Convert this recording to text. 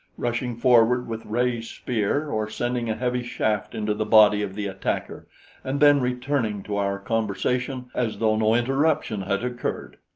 rushing forward with raised spear or sending a heavy shaft into the body of the attacker and then returning to our conversation as though no interruption had occurred.